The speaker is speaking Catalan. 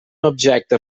objecte